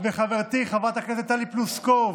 חברתי חברת הכנסת טלי פלוסקוב,